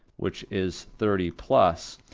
which is thirty plus.